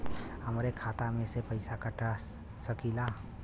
हमरे खाता में से पैसा कटा सकी ला?